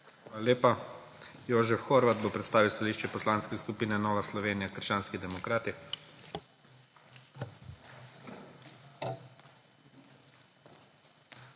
Hvala lepa. Jožef Horvat bo predstavil stališče Poslanske skupine Nova Slovenija - krščanski demokrati. **JOŽEF